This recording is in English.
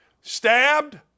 stabbed